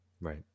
right